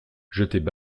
jetaient